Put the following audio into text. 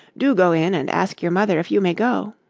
do go in and ask your mother if you may go.